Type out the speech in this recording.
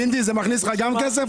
גינדי, זה מכניס לך גם כסף?